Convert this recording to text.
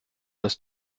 das